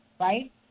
right